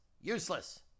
useless